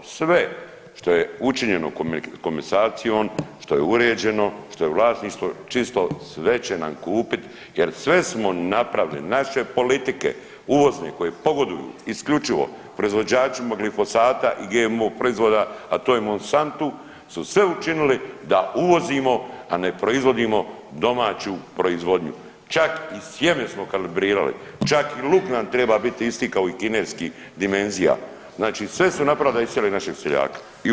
Sve što je učinjeno komasacijom što je uređeno, što je vlasništvo čisto sve će nam kupit jer sve smo napravili, naše politike uvozne koje pogoduju isključivo proizvođačima glifosata i GMO proizvoda, a to je Monsantu su sve učinili da uvozimo, a ne proizvodimo domaću proizvodnju, čak i sjeme smo kalibrirali, čak i luk nam treba biti isti kao i kineskih dimenzija, znači sve su napravili da isele našeg seljaka i unište proizvodnju.